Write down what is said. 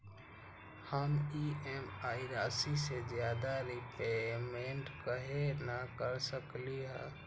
हम ई.एम.आई राशि से ज्यादा रीपेमेंट कहे न कर सकलि ह?